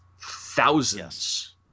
thousands